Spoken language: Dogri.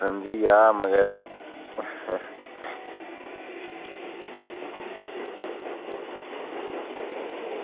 समझी गेआ मगर